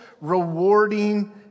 rewarding